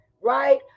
right